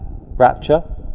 rapture